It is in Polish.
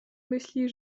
myśli